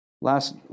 Last